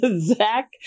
Zach